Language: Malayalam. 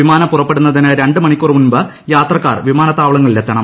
വിമാനം പുറപ്പെടുന്നതിന് രണ്ട് മണിക്കൂർ മൂമ്പ് യാത്രക്കാർ വിമാനത്താവളത്തിലെത്തണം